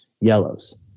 yellows